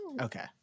Okay